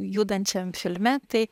judančiam filme tai